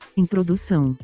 introdução